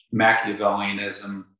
Machiavellianism